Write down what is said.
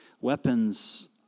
weapons